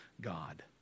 God